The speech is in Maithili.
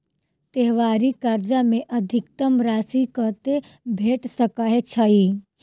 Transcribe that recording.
त्योहारी कर्जा मे अधिकतम राशि कत्ते भेट सकय छई?